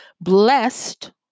blessed